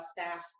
staff